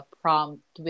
prompt